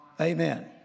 Amen